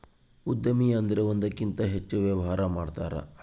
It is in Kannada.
ಉದ್ಯಮಿ ಅಂದ್ರೆ ಒಂದಕ್ಕಿಂತ ಹೆಚ್ಚು ವ್ಯವಹಾರ ಮಾಡ್ತಾರ